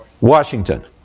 Washington